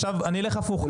עכשיו אני אלך הפוך.